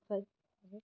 ओमफ्राय